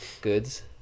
Goods